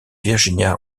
virginia